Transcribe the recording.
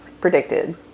predicted